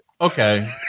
Okay